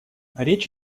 речь